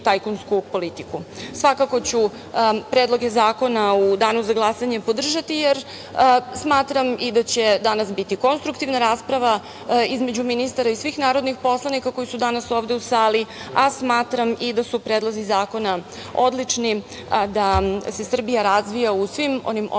ću predloge zakona u danu za glasanje podržati, jer smatram i da će danas biti konstruktivna rasprava između ministara i svih narodnih poslanika koji su danas ovde u sali, a smatram i da su predlozi zakona odlični, da se Srbija razvija u svim onim oblastima